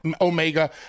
omega